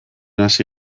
hasi